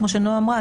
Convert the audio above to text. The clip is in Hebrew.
כמו שנועה אמרה,